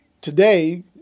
today